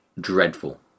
dreadful